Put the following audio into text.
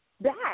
back